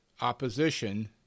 opposition